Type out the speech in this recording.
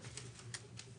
לא.